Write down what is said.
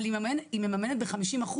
אבל היא מממנת ב-50%,